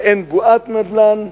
ואין בועת נדל"ן,